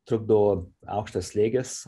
trukdo aukštas slėgis